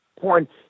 point